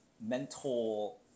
mental